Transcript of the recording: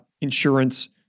insurance